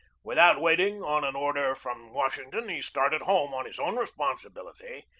without waiting on an order from wash ington, he started home on his own responsibility,